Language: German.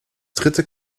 dritte